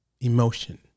emotion